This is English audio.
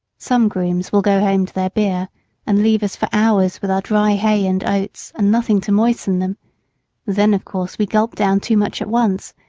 some grooms will go home to their beer and leave us for hours with our dry hay and oats and nothing to moisten them then of course we gulp down too much at once,